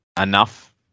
enough